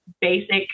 basic